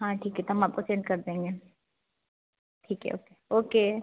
हाँ ठीक है तो हम आपको सेंड कर देंगे ठीक है ओके ओके